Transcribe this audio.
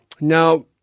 now